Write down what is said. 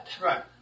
Right